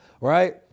Right